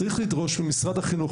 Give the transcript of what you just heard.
צריך לדרוש ממשרד החינוך,